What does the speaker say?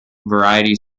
variety